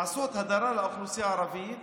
לעשות הדרה לאוכלוסייה הערבית.